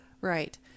Right